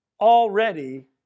already